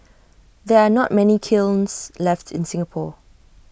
there are not many kilns left in Singapore